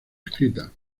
escrita